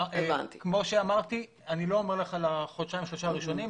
אני לא מדבר על החודשיים-שלושה הראשונים,